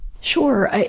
Sure